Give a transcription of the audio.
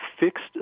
Fixed